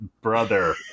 brother